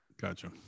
Gotcha